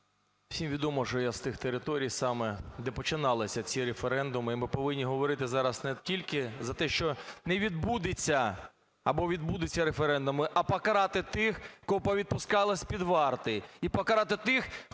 Всім відомо, що я з тих територій саме, де починалися ці референдуми. І ми повинні говорити зараз не тільки за те, що не відбудуться або відбудуться референдуми, а покарати тих, кого повідпускали з-під варти, і покарати тих, хто відпускав